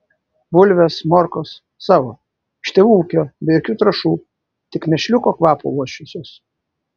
bulvės morkos savo iš tėvų ūkio be jokių trąšų tik mėšliuko kvapo uosčiusios